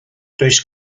does